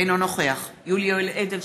אינו נוכח יולי יואל אדלשטיין,